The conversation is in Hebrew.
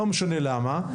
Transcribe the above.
לא משנה למה,